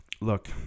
Look